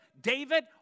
David